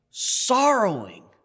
sorrowing